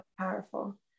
powerful